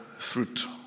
Fruit